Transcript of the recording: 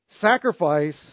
Sacrifice